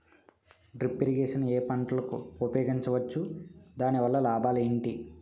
Drip irrigation ఏ పంటలకు ఉపయోగించవచ్చు? దాని వల్ల లాభాలు ఏంటి?